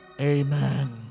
Amen